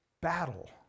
battle